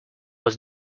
was